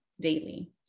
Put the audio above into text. daily